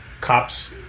cops